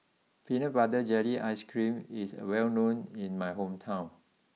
Peanut Butter Jelly Ice cream is well known in my hometown